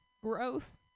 gross